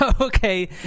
Okay